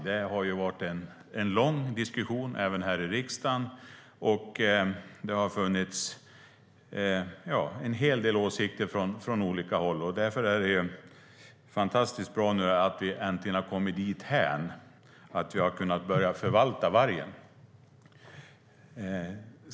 Det har varit en lång diskussion även här i riksdagen, och det har funnits en hel del åsikter från olika håll. Därför är det fantastiskt bra att vi äntligen har kommit dithän att vi har kunnat börja förvalta vargen.